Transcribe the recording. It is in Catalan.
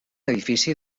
edifici